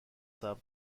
ثبت